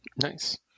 Nice